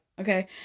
okay